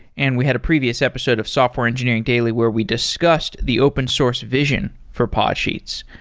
and we had a previous episode of software engineering daily where we discussed the open source vision for podsheets.